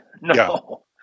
No